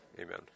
Amen